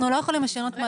אנחנו לא יכולים לשנות.